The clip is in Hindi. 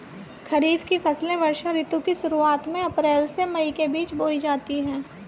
खरीफ की फसलें वर्षा ऋतु की शुरुआत में अप्रैल से मई के बीच बोई जाती हैं